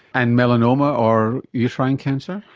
and melanoma or uterine cancer?